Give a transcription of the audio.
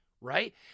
right